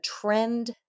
trend